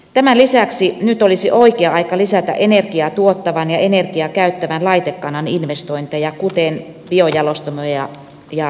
tämän lisäksi nyt olisi oikea aika lisätä energiaa tuottavan ja energiaa käyttävän laitekannan investointeja kuten biojalostamoja ja tuulivoimaloita